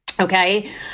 Okay